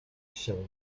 się